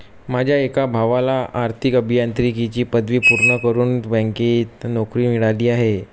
माझ्या एका भावाला आर्थिक अभियांत्रिकीची पदवी पूर्ण करून बँकेत नोकरी मिळाली आहे